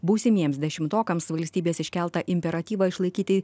būsimiems dešimtokams valstybės iškeltą imperatyvą išlaikyti